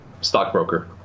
Stockbroker